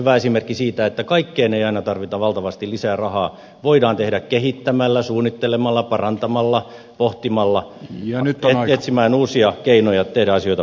hyvä esimerkki siitä että kaikkeen ei aina tarvita valtavasti lisää rahaa on se että voidaan kehittämällä suunnittelemalla parantamalla pohtimalla ja etsimällä uusia keinoja tehdä asioita paremmin